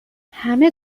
همه